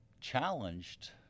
challenged